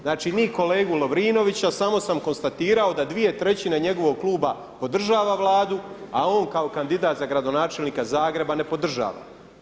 Znači ni kolegu Lovrinovića, samo sam konstatirao da dvije trećine njegovog kluba podržava Vladu a on kao kandidat za gradonačelnika Zagreba ne podržava.